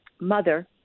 mother